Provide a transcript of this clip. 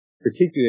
particularly